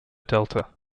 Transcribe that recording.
delta